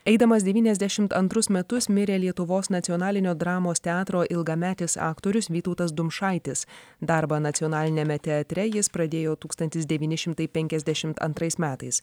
eidamas devyniasdešimt antrus metus mirė lietuvos nacionalinio dramos teatro ilgametis aktorius vytautas dumšaitis darbą nacionaliniame teatre jis pradėjo tūkstantis devyni šimtai penkiasdešimt antrais metais